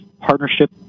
partnership